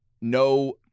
No